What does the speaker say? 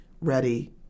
ready